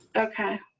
okay.